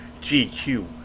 GQ